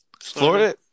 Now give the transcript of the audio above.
Florida